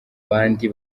bandi